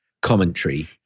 commentary